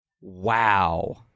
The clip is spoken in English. Wow